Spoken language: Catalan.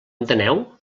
enteneu